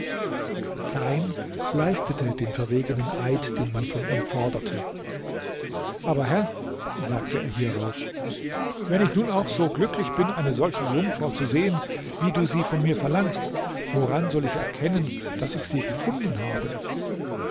zeyn leistete den verwegenen eid den man von ihm forderte aber herr sagte er hierauf wenn ich nun auch so glücklich bin eine solche jungfrau zu sehen wie du sie von mir verlangst woran soll ich erkennen daß ich sie gefunden habe